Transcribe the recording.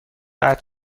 قطع